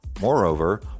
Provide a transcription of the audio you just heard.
Moreover